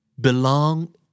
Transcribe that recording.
Belong